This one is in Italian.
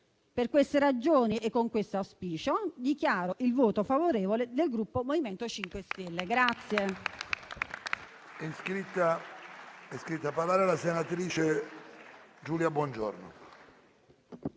Per queste ragioni e con questo auspicio, dichiaro il voto favorevole del Gruppo MoVimento 5 Stelle.